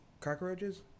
cockroaches